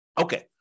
Okay